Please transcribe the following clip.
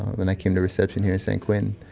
when i came to reception here at san quentin,